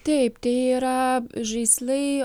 taip tai yra žaislai